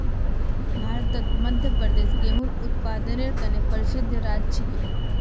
भारतत मध्य प्रदेश गेहूंर उत्पादनेर त न प्रसिद्ध राज्य छिके